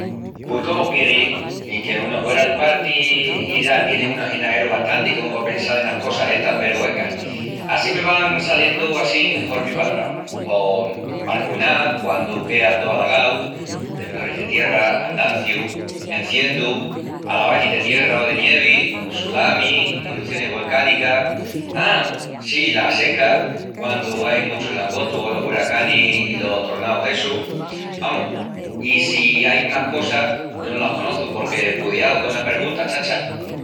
Pui cómu quieris? Ni que unu huera'l parti i ya tieni unu aginaeru bastanti comu pa pensal enas cosas estas peru, enga, á si me van saliendu assín hormi palramus: pos barcunás, quandu quea tó alagau, tembloris de tierra, andancius, enciendus, alavanis de tierra o de nievi, tsulamis, irucionis volcánicas,.. A! Sí, las secas, quandu ain muchus langostus o los huracanis i los tornaus essus. Amus, i si ain más cosas yo no las conoçu porque cudiau cona pergunta, chacha.